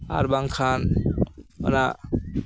ᱟᱨ ᱵᱟᱝᱠᱷᱟᱱ ᱚᱱᱟ